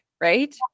right